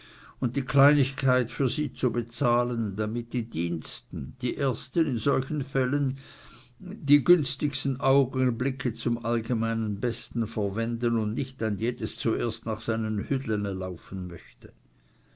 und die kleinigkeit für sie bezahlen damit die diensten die ersten in solchen fällen die günstigsten augenblicke zum allgemeinen besten verwenden und nicht ein jedes zuerst nach seinen hüdlene laufen möchte